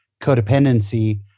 codependency